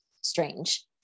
strange